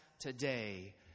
today